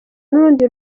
n’urundi